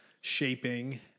shaping